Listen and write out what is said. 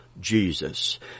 Jesus